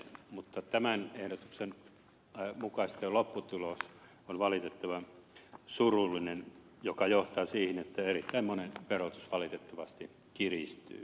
mutta tämän ehdotuksen mukainen lopputulos on valitettavan surullinen mikä johtaa siihen että erittäin monen verotus valitettavasti kiristyy